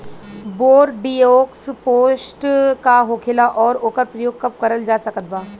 Bordeaux paste का होखेला और ओकर प्रयोग कब करल जा सकत बा?